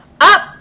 up